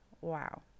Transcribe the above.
Wow